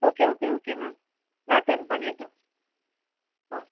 okay okay okay ma'am நான் send பண்ணிடுறேன் ம்